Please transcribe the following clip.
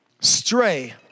stray